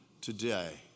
today